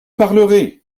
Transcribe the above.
parlerai